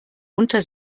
unter